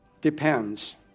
depends